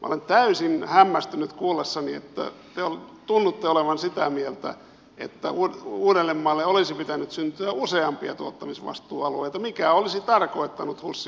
olen täysin hämmästynyt kuullessani että te tunnutte olevan sitä mieltä että uudellemaalle olisi pitänyt syntyä useampia tuottamisvastuualueita mikä olisi tarkoittanut husin hajottamista